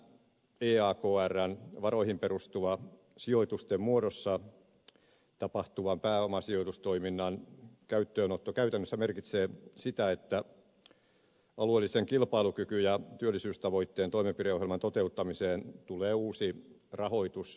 tämä eakrn varoihin perustuva sijoitusten muodossa tapahtuvan pääomasijoitustoiminnan käyttöönotto käytännössä merkitsee sitä että alueellisen kilpailukyky ja työllisyystavoitteen toimenpideohjelman toteuttamiseen tulee uusi rahoitusväline